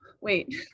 wait